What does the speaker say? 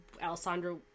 alessandra